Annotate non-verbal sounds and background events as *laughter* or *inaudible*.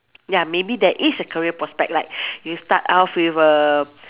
ya maybe there is a career prospect like *breath* you start off with a